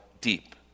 deep